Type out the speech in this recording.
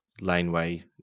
laneway